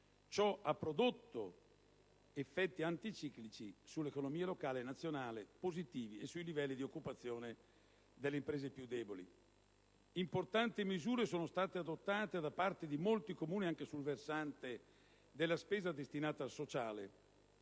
ciò ha prodotto effetti anticiclici sull'economia locale e nazionale positivi e sui livelli di occupazione delle imprese più deboli. Importanti misure sono state adottate da parte di molti Comuni anche sul versante della spesa destinata al sociale;